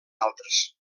altres